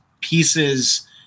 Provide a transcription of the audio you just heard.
pieces